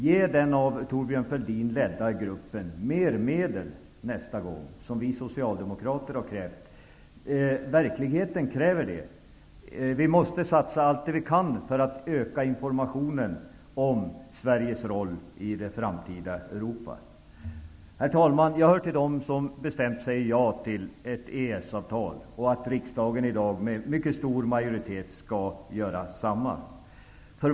Ge till den av Torbjörn Fälldin ledda gruppen mer medel nästa gång, som vi socialdemokrater har krävt. Verkligheten kräver det. Vi måste satsa allt vi kan för att öka informationen om Sveriges roll i det framtida Europa. Herr talman! Jag tillhör dem som bestämt säger ja till EES-avtalet och hoppas att riksdagen i dag med stor majoritet gör detsamma.